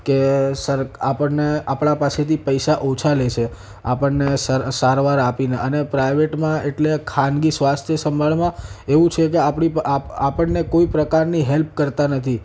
કે સરક આપણને આપણાં પાસેથી પૈસા ઓછા લે છે આપણને સારવાર આપીને અને પ્રાઈવેટમાં એટલે ખાનગી સ્વાસ્થ્ય સંભાળમાં એવું છે કે આપણી આપણને કોઈ પ્રકારની હેલ્પ કરતાં નથી